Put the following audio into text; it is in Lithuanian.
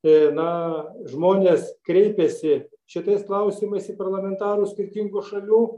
tai na žmonės kreipiasi šitais klausimais į parlamentarus skirtingų šalių